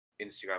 Instagram